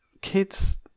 kids